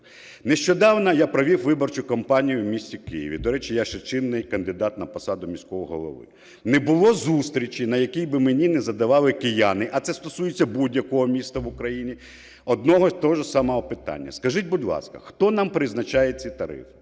Нещодавно я провів виборчу кампанію в місті Києві. До речі, я ще чинний кандидат на посаду міського голови. Не було зустрічі, на якій би мені не задавали кияни, а це стосується будь-якого міста в Україні, одного і того ж самого питання: скажіть, будь ласка, хто нам призначає ці тарифи?